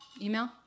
Email